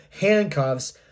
handcuffs